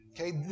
Okay